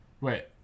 Wait